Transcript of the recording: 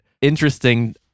interesting